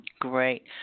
Great